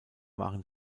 waren